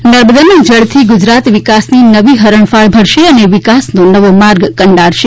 મા નર્મદા ના જળથી ગુજરાત વિકાસની નવી હરણફાળ ભરશે અને વિકાસનો નવો માર્ગ કંડારશે